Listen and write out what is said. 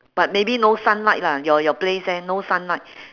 but maybe no sunlight lah your your place there no sunlight